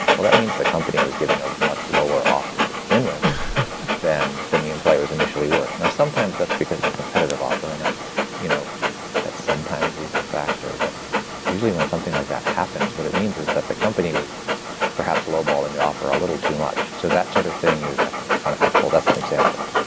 that means that company was giving a much lower offer to begin with than than the employee was initially worth. and sometimes, that's because of a competitive offer and that's you know that's sometimes is a factor. but usually, when something like that happens, what it means is that the company was perhaps lowballing the offer a little too much. so that sort of thing is, i think, unhelpful. that's an example,